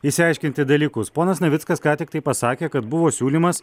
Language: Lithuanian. išsiaiškinti dalykus ponas navickas ką tik tai pasakė kad buvo siūlymas